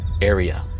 area